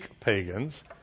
pagans